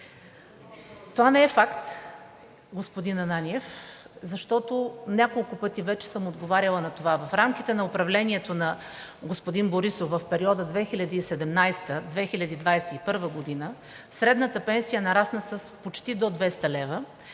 Не е факт, господин Ананиев, защото няколко пъти вече съм отговаряла на това. В рамките на управлението на господин Борисов в периода 2017 – 2021 г. средната пенсия нарасна с почти до 200 лв.